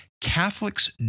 Catholics